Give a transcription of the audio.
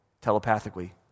telepathically